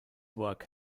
work